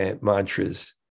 mantras